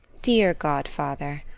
dear godfather,